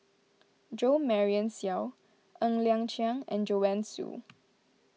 Jo Marion Seow Ng Liang Chiang and Joanne Soo